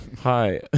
Hi